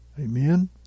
Amen